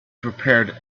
prepared